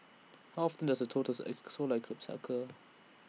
how often does A totals X solar eclipse occur